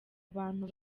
abantu